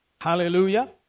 Hallelujah